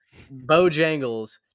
Bojangles